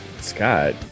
Scott